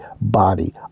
Body